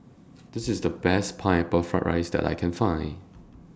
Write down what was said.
This IS The Best Pineapple Fried Rice that I Can Find